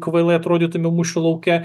kvailai atrodytume mūšio lauke